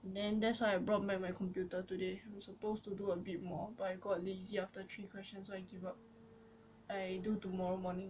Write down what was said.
then that's why I brought back my computer today I'm supposed to do a bit more I got lazy after three questions so I gave up I do tomorrow morning